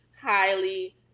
highly